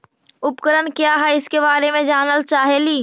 उपकरण क्या है इसके बारे मे जानल चाहेली?